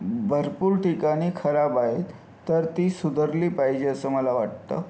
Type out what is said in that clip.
भरपूर ठिकाणी खराब आहेत तर ती सुधारली पाहिजे असं मला वाटतं